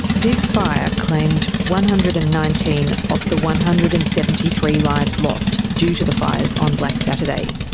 this fire claimed one hundred and nineteen of the one hundred and seventy three lives lost due to the fires on black saturday.